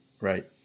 Right